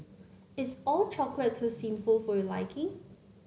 is All Chocolate too sinful for your liking